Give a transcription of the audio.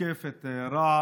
תוקף את רע"מ.